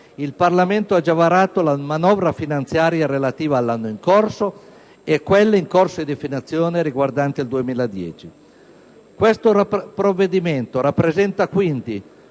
il Parlamento ha già varato la manovra finanziaria relativa all'anno in corso e quella, in corso di definizione, riguardante il 2010. Questo provvedimento rappresenta quindi,